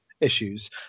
issues